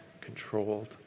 controlled